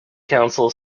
council